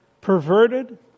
perverted